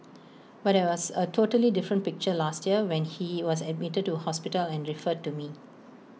but IT was A totally different picture last year when he was admitted to hospital and referred to me